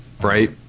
Right